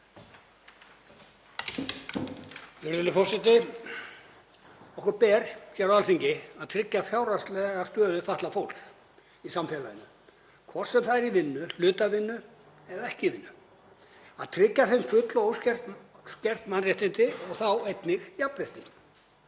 Virðulegur forseti. Okkur ber hér á Alþingi að tryggja fjárhagslega stöðu fatlaðs fólks í samfélaginu, hvort sem það er í vinnu, hlutavinnu eða ekki í vinnu, og tryggja því full og óskert mannréttindi og þá einnig jafnrétti.